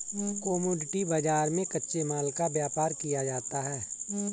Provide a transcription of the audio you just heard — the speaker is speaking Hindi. कोमोडिटी बाजार में कच्चे माल का व्यापार किया जाता है